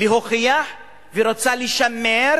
להוכיח ורוצה לשמר